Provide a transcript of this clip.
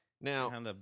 Now